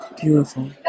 Beautiful